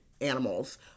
animals